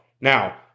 Now